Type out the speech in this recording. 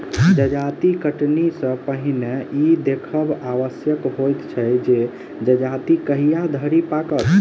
जजाति कटनी सॅ पहिने ई देखब आवश्यक होइत छै जे जजाति कहिया धरि पाकत